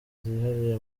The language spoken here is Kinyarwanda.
zihariye